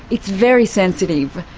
it's very sensitive,